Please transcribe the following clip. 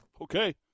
okay